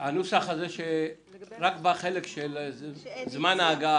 אני חושב שאם הנוסח בנושא זמן ההגעה